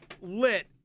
lit